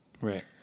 right